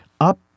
up